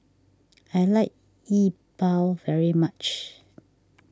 I like Yi Bua very much